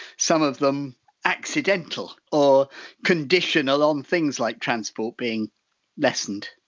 some of them accidental, or conditional on things like transport being lessened?